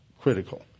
critical